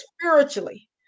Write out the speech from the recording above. spiritually